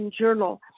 journal